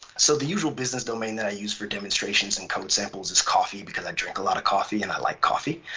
so the usual business domain that i use for demonstrations and code samples is coffee, because i drink a lot of coffee and i like coffee.